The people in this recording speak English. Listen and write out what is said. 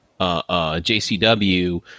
JCW